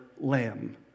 lamb